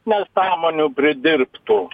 nesąmonių pridirbtų